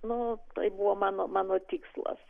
nu tai buvo mano mano tikslas